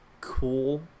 cool